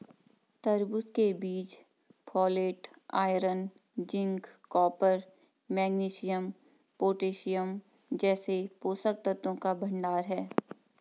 तरबूज के बीज folate, iron, zinc, copper, magnesium, potassium जैसे पोषक तत्वों का भंडार है